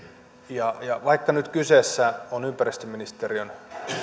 asiaan vaikka nyt kyseessä on ympäristöministeriön